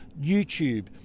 YouTube